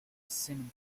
cemetery